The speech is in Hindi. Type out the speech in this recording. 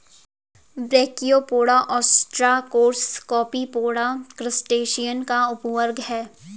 ब्रैकियोपोडा, ओस्ट्राकोड्स, कॉपीपोडा, क्रस्टेशियन का उपवर्ग है